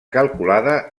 calculada